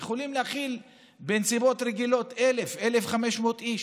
הם יכולים להכיל בנסיבות רגילות 1,000 1,500 איש.